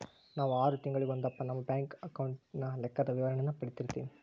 ನಾವು ಆರು ತಿಂಗಳಿಗೊಂದಪ್ಪ ನಮ್ಮ ಬ್ಯಾಂಕ್ ಅಕೌಂಟಿನ ಲೆಕ್ಕದ ವಿವರಣೇನ ಪಡೀತಿರ್ತೀವಿ